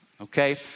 Okay